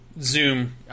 Zoom